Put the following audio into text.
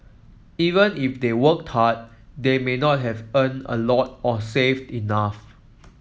even if they worked hard they may not have earned a lot or saved enough